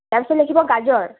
তাৰপিছত লিখিব গাজৰ